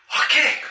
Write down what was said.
Okay